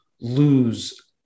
lose